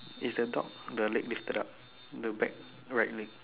it's the dog the leg lifted up the back right leg